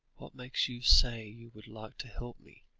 what makes you say you would like to help me?